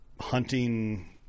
hunting